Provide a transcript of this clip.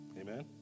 Amen